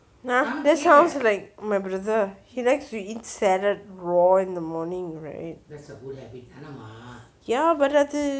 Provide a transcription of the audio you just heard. !huh! that sounds like my brother he likes to eat salad raw in the morning right